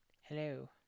Hello